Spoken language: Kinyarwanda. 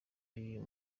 z’uyu